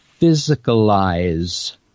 physicalize